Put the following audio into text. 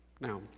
now